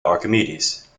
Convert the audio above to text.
archimedes